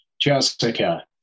Jessica